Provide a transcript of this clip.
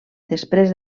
després